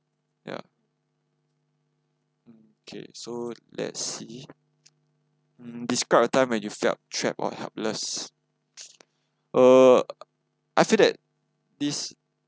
ya mm okay so let's see hmm describe a time when you felt trapped or helpless uh I feel that this